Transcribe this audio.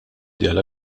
dieħla